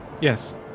Yes